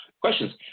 questions